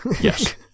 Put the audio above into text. Yes